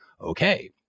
Okay